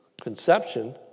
conception